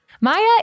Maya